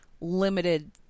limited